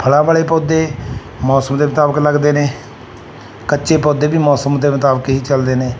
ਫਲਾਂ ਵਾਲੇ ਪੌਦੇ ਮੌਸਮ ਦੇ ਮੁਤਾਬਿਕ ਲੱਗਦੇ ਨੇ ਕੱਚੇ ਪੌਦੇ ਵੀ ਮੌਸਮ ਦੇ ਮੁਤਾਬਿਕ ਹੀ ਚੱਲਦੇ ਨੇ